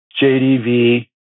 jdv